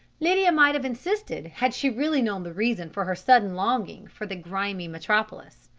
lydia might have insisted, had she really known the reason for her sudden longing for the grimy metropolis.